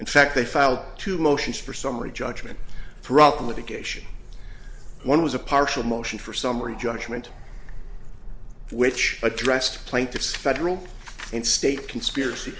in fact they filed two motions for summary judgment throughout the medication one was a partial motion for summary judgment which addressed plaintiffs federal and state conspiracy